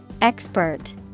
Expert